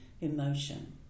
emotion